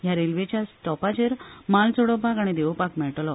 ह्या रेल्वेच्या स्टॉपांचेर म्हाल चडोवपाक आनी देंवोवपाक मेळटलो